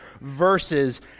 verses